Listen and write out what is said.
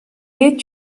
est